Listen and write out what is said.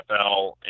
NFL